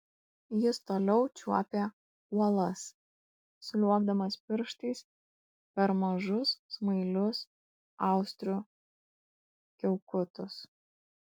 jis toliau čiuopė uolas sliuogdamas pirštais per mažus smailius austrių kiaukutus